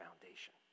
foundation